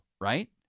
right